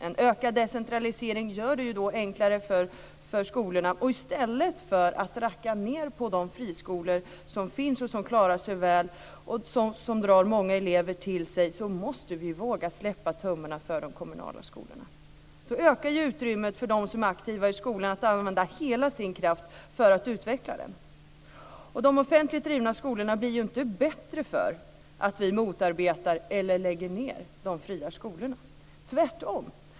En ökad decentralisering gör det då enklare för skolorna. Och i stället för att racka ned på de friskolor som finns, som klarar sig väl och som drar många elever till sig, så måste vi våga släppa tömmarna för de kommunala skolorna. Då ökar ju utrymmet för dem som är aktiva i skolan att använda hela sin kraft för att utveckla den. De offentligt drivna skolorna blir ju inte bättre för att vi motarbetar eller lägger ned de fria skolorna - tvärtom.